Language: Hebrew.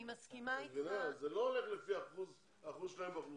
אני מסכימה איתך --- זה לא הולך לפי האחוז שלהם באוכלוסייה.